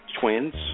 Twins